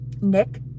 Nick